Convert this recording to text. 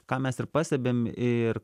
ką mes ir pastebim ir